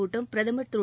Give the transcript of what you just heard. கூட்டம் பிரதமர் திரு